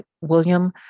William